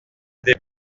des